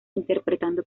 interpretando